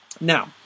Now